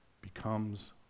becomes